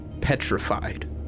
petrified